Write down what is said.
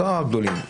לא הגדולים,